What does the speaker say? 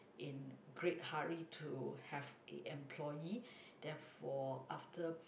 in great hurry to have a employee therefore after